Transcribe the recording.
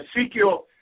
Ezekiel